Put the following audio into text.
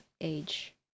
age